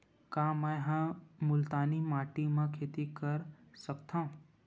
का मै ह मुल्तानी माटी म खेती कर सकथव?